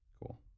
Cool